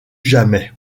jamais